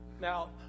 now